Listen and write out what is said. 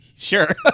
sure